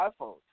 iPhone